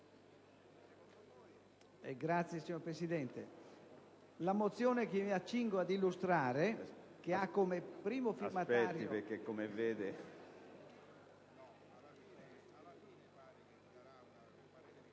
Grazie, signor Presidente.